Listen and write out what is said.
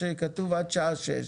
כתוב עד שעה שש.